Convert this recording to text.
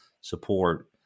support